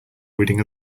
reading